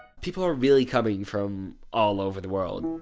people are really coming from all over the world.